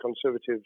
Conservatives